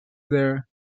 there